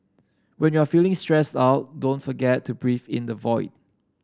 when you are feeling stressed out don't forget to breath into void